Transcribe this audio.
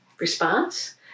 response